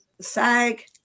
SAG